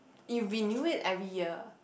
it renew it every year